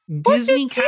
Disney